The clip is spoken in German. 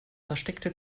versteckte